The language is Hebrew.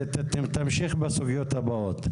תמשיך בסוגיות הבאות.